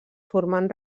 formant